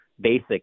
basic